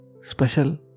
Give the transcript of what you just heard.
special